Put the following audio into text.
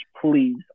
please